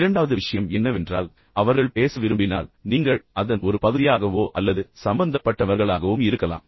இரண்டாவது விஷயம் என்னவென்றால் அவர்கள் பேச விரும்பினால் நீங்கள் அதன் ஒரு பகுதியாகவோ அல்லது சம்பந்தப்பட்டவர்களாகவும் இருக்கலாம்